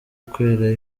kwera